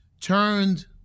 turned